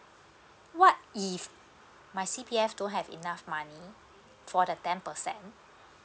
what if my C_P_F don't have enough money for the ten percent